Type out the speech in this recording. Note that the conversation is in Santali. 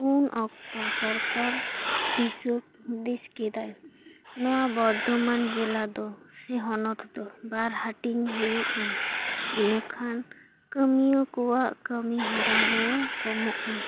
ᱩᱱ ᱚᱠᱛᱚ ᱥᱚᱨᱠᱟᱨ ᱫᱤᱥᱟᱹ ᱦᱩᱫᱤᱥ ᱠᱮᱫᱟᱭ ᱱᱚᱣᱟ ᱵᱚᱨᱫᱷᱚᱢᱟᱱ ᱡᱮᱞᱟ ᱫᱚ ᱥᱮ ᱦᱚᱱᱚᱛ ᱫᱚ ᱵᱟᱨ ᱦᱟᱹᱴᱤᱧ ᱦᱩᱭᱩᱜᱼᱟ ᱤᱱᱟᱹ ᱠᱷᱟᱱ ᱠᱟᱹᱢᱤᱭᱟᱹ ᱠᱚᱣᱟᱜ ᱠᱟᱹᱢᱤ ᱦᱚᱨᱟ ᱦᱚᱸ ᱠᱚᱢᱚᱜᱼᱟ